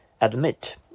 Admit